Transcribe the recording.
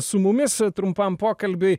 su mumis trumpam pokalbiui